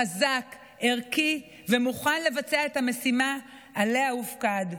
חזק, ערכי ומוכן לבצע את המשימה שעליה הופקד.